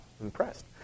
impressed